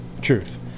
Truth